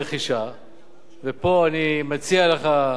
ופה אני מציע לך איזה אפיק,